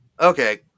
Okay